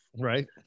Right